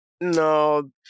No